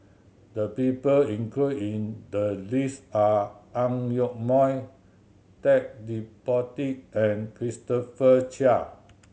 the people include in the list are Ang Yoke Mooi Ted De Ponti and Christopher Chia